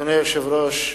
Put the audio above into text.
אדוני היושב-ראש,